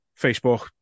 Facebook